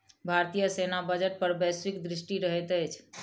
भारतीय सेना बजट पर वैश्विक दृष्टि रहैत अछि